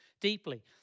deeply